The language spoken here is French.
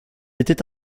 était